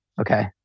Okay